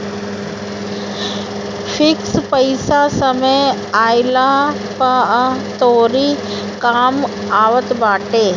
fix पईसा समय आईला पअ तोहरी कामे आवत बाटे